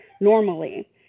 normally